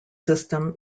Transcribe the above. system